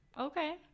Okay